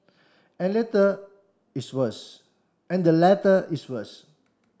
and latter is worse and the latter is worse